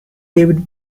david